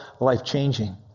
life-changing